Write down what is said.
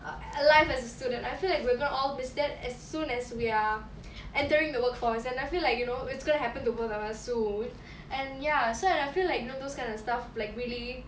a life as a student I feel like we're going to all miss that as soon as we are entering the workforce and I feel like you know it's going to happen to both of us soon and ya so I feel like you know those kind of stuff like really